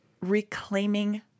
Reclaiming